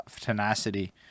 tenacity